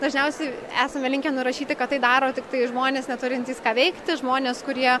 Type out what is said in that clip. dažniausiai esame linkę nurašyti kad tai daro tiktai žmonės neturintys ką veikti žmonės kurie